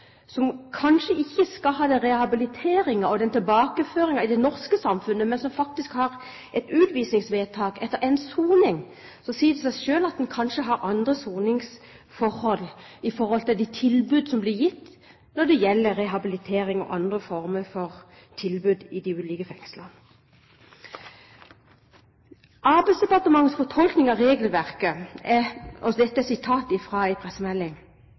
som kanskje ikke skal ha rehabilitering og tilbakeføring til det norske samfunnet, men som faktisk har et utvisningsvedtak på seg etter endt soning, sier det seg selv at de kanskje har andre soningsforhold enn dem som får rehabilitering og andre former for tilbud i de ulike fengslene. Arbeidsdepartementets fortolkning av regelverket er, og dette er sitat fra en pressemelding: